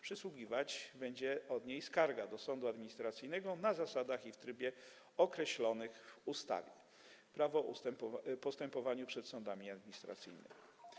Przysługiwać będzie od niej skarga do sądu administracyjnego na zasadach i w trybie określonych w ustawie Prawo o postępowaniu przed sądami administracyjnymi.